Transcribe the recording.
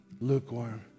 Lukewarm